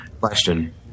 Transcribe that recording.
Question